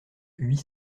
huit